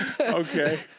Okay